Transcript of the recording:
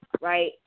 right